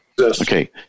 Okay